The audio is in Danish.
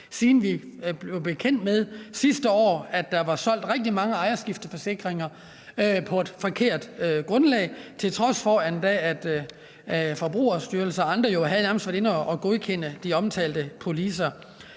siden man blev bekendt med, at der sidste år var blevet solgt rigtig mange ejerskifteforsikringer på et forkert grundlag, og at det skete, selv om Forbrugerstyrelsen og andre jo nærmest havde godkendt de omtalte policer.